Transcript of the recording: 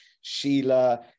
Sheila